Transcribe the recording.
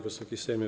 Wysoki Sejmie!